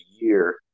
year